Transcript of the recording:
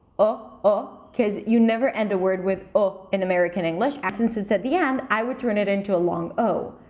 o o because you never end a word with o in american english. since it's at the end, i would turn it into a long ow.